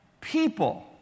people